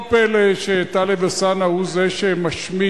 לא פלא שטלב אלסאנע הוא זה שמשמיץ,